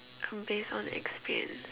uh based on experience